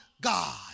God